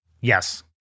Yes